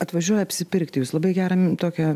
atvažiuoja apsipirkti jūs labai gerą min tokią